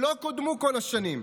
שלא קודמו כל השנים.